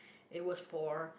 it was for